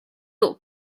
law